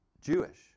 Jewish